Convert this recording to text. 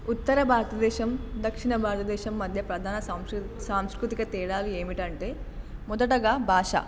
ఉత్తర భారతదేశం దక్షిణ భారతదేశం మధ్య ప్రధాన సాంస్కృతిక తేడాలు ఏమిటంటే మొదటగా భాష